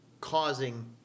causing